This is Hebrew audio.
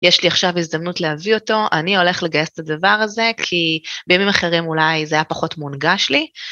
יש לי עכשיו הזדמנות להביא אותו, אני הולך לגייס את הדבר הזה כי בימים אחרים אולי זה היה פחות מונגש לי.